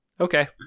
Okay